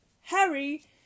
Harry